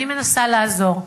אני מנסה לעזור.